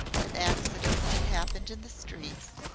that accidents had happened in the streets,